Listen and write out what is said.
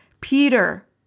Peter